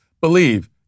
believe